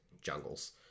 jungles